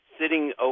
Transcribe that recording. Sitting